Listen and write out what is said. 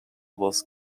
was